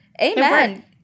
Amen